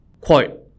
quote